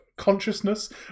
consciousness